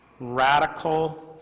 Radical